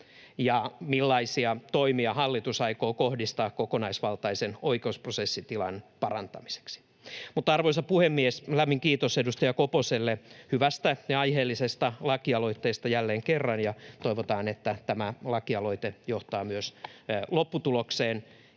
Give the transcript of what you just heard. ja millaisia toimia hallitus aikoo kohdistaa kokonaisvaltaisen oikeusprosessitilan parantamiseksi. Arvoisa puhemies! Lämmin kiitos edustaja Koposelle hyvästä ja aiheellisesta lakialoitteesta jälleen kerran. Toivotaan, että tämä lakialoite johtaa myös lopputulokseen